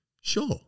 Sure